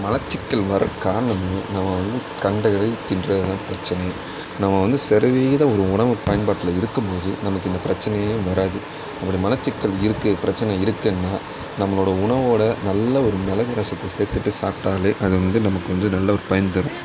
மலச்சிக்கல் வரக்காரணம் வந்து நம்ம வந்து கண்டவைகளை தின்றது தான் பிரச்சினை நம்ம வந்து சரிவிகிதஉணவு பயன்பாட்டில் இருக்கும் போது நமக்கு இந்த பிரச்சினையே வராது அப்படி மலச்சிக்கல் இருக்கு பிரச்சினை இருக்குன்னா நம்பளோட உணவோடு நல்ல ஒரு மிளகு ரசத்தை சேர்த்துட்டு சாப்பிடாலே அது வந்து நமக்கு வந்து நல்ல ஒரு பயன் தரும்